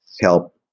help